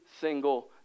single